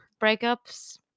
Breakups